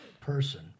person